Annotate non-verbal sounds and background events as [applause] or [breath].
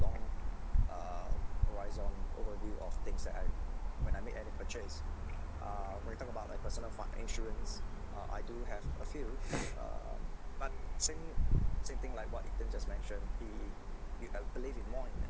[breath]